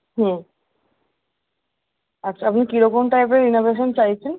হুম আচ্ছা আপনি কীরকম টাইপের রেনোভেশন চাইছেন